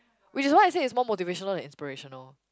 which is why I say is more motivational than inspirational